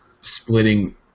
splitting